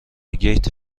گیت